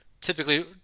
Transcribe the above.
typically